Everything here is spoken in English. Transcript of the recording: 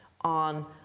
on